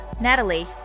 natalie